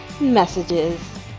messages